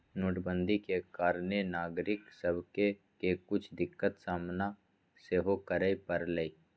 नोटबन्दि के कारणे नागरिक सभके के कुछ दिक्कत सामना सेहो करए परलइ